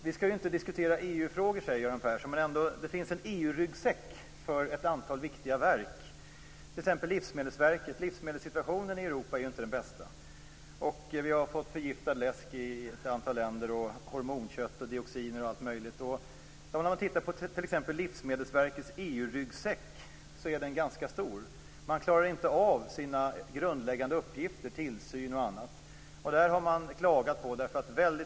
Vi skall inte diskutera EU-frågor, säger Göran Persson. Men ett antal viktiga verk, t.ex. Livsmedelsverket, har en EU Livsmedelssituationen i Europa är inte den bästa. Vi har fått förgiftad läsk i ett antal länder, hormonkött och dioxiner osv. Livsmedelsverkets EU-ryggsäck är ganska stor. Verket klarar inte av sina grundläggande uppgifter, tillsyn och annat. Det har man klagat på.